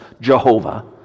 Jehovah